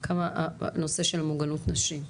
כמה הנושא של מוגנות נשים,